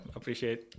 Appreciate